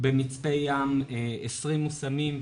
ב'מצפה ים' 20 מושמים.